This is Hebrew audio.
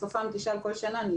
בסוף גם אתייחס לכל שאלה.